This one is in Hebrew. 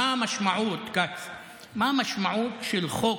המשמעות של חוק?